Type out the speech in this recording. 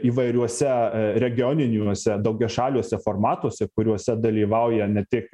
įvairiuose regioniniuose daugiašaliuose formatuose kuriuose dalyvauja ne tik